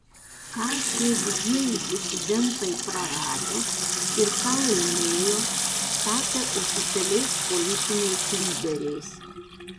ką šie didieji disidentai prarado ir ką laimėjo tapę oficialiais politiniais lyderiais